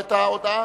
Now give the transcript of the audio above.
אחריו תהיה הודעת